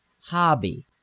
hobby